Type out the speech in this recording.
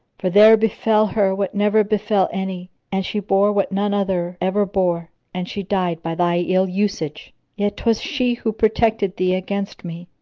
for there befel her what never befel any and she bore what none other ever bore and she died by thy ill usage yet twas she who protected thee against me.